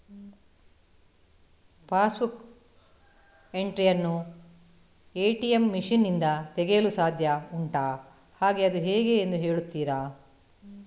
Pass book entry ಯನ್ನು ATM machine ನಿಂದ ತೆಗೆಯಲು ಸಾಧ್ಯ ಉಂಟಾ ಹಾಗೆ ಅದು ಹೇಗೆ ಎಂದು ಹೇಳುತ್ತೀರಾ?